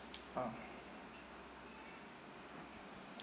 ah